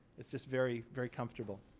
it's just very very comfortable.